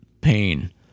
PAIN